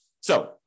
So-